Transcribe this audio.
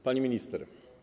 Pani Minister!